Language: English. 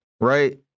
right